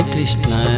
Krishna